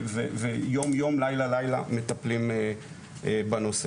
ויום יום לילה לילה מטפלים בנושא.